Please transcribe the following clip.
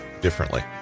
differently